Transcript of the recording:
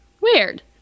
Weird